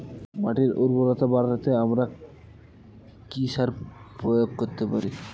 মাটির উর্বরতা বাড়াতে আমরা কি সার প্রয়োগ করতে পারি?